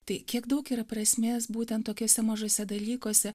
tai kiek daug yra prasmės būtent tokiuose mažuose dalykuose